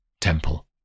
temple